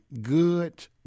good